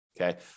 okay